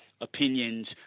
opinions